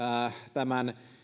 tämän